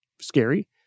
scary